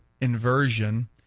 inversion